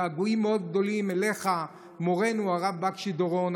געגועים מאוד גדולים אליך, מורנו הרב בקשי דורון.